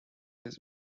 his